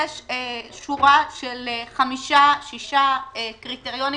יש שורה של חמישה או שישה קריטריונים